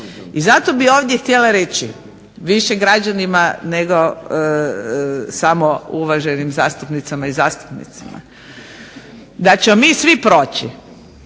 I zato bih ovdje htjela reći, više građanima nego samo uvaženim zastupnicama i zastupnicima, da ćemo mi svi proći,